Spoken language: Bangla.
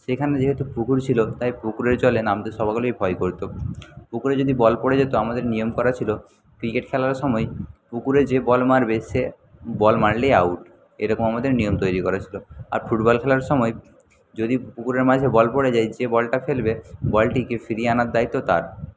সেখানে যেহেতু পুকুর ছিল তাই পুকুরের জলে নামতে সকলেই ভয় করতো পুকুরে যদি বল পড়ে যেত আমাদের নিয়ম করা ছিল ক্রিকেট খেলার সময় পুকুরে যে বল মারবে সে বল মারলেই আউট এরকম আমাদের নিয়ম তৈরি করা ছিল আর ফুটবল খেলার সময় যদি পুকুরের মাঝে বল পড়ে যায় যে বলটা ফেলবে বলটিকে ফিরিয়ে আনার দায়িত্ব তার